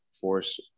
force